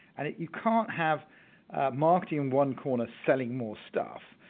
and you can't have marketing in one corner selling more stuff,